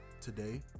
today